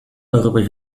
darüber